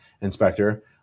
inspector